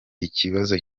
ikibazo